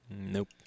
Nope